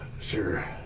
Sure